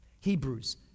Hebrews